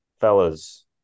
Fellas